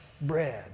bread